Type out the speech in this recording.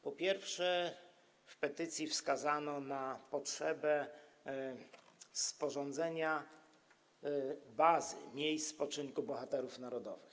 Po pierwsze, w petycji wskazano na potrzebę sporządzenia Bazy Miejsc Spoczynku Bohaterów Narodowych.